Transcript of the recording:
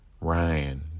ryan